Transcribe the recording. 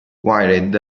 wired